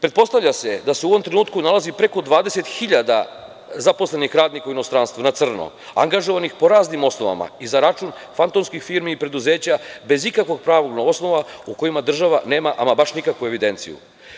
Pretpostavlja se da se u ovom trenutku nalazi preko 20.000 zaposlenih radnika u inostranstvu na crno, angažovanih po raznim osnovama i za račun fantomskih firmi i preduzeća bez ikakvog pravnog osnova, o kojima država nema ama baš nikakvu evidenciju.